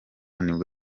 nibwo